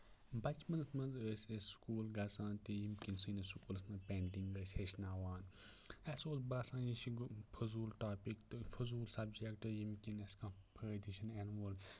بَچپَنس منٛز ٲسۍ أسۍ سکوٗل گژھان تہٕ ییٚمہِ کِنۍ سٲنِس سکوٗلَس منٛز پینٛٹِنٛگ ٲسۍ ہیٚچھناوان اَسہِ اوس باسان یہِ چھِ فضوٗل ٹاپِک تہٕ فضوٗل سَبجَکٹہٕ ییٚمہِ کِنۍ اَسہِ کانٛہہ فٲیدٕ چھُنہٕ یِنہٕ وول